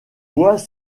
vois